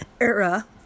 era